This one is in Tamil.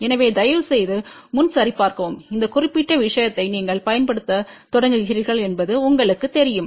எனவே தயவுசெய்து முன் சரிபார்க்கவும் இந்த குறிப்பிட்ட விஷயத்தை நீங்கள் பயன்படுத்தத் தொடங்குகிறீர்கள் என்பது உங்களுக்குத் தெரியும்